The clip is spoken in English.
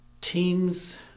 Teams